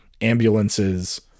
ambulances